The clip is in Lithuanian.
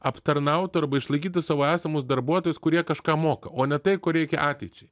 aptarnautų arba išlaikytų savo esamus darbuotojus kurie kažką moka o ne tai ko reikia ateičiai